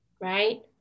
Right